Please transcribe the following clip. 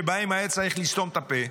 שבהם היה צריך לסתום את הפה,